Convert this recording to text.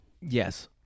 yes